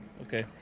Okay